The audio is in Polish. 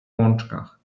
łączkach